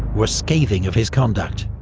were scathing of his conduct.